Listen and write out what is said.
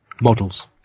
models